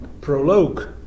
prologue